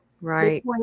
Right